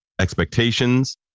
expectations